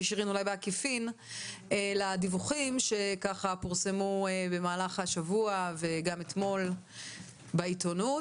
בעקיפין לדיווחים שפורסמו במהלך השבוע וגם אתמול בעיתונות,